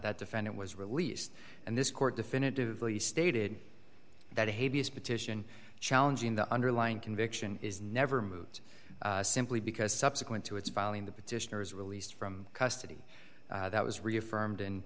that defendant was released and this court definitively stated that a petition challenging the underlying conviction is never moot simply because subsequent to its filing the petitioner was released from custody that was